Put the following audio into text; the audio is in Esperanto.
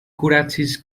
kuracis